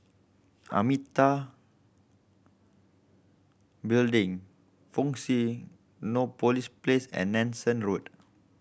Amitabha Building Fusionopolis Place and Nanson Road